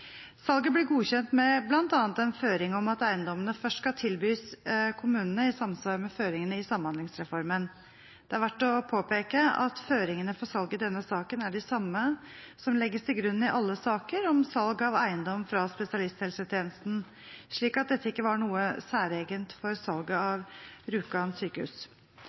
Salget ble godkjent med bl.a. en føring om at eiendommene først skal tilbys kommunene i samsvar med føringene i samhandlingsreformen. Det er verdt å påpeke at føringene for salget i denne saken er de samme som legges til grunn i alle saker om salg av eiendom fra spesialisthelsetjenesten, så dette var ikke noe særegent for salget av Rjukan sykehus.